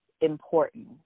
important